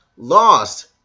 Lost